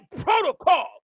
protocol